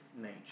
nature